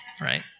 right